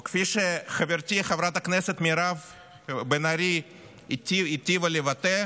או כפי שחברתי חברת הכנסת מירב בן ארי היטיבה לבטא: